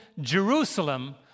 Jerusalem